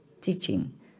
teaching